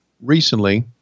recently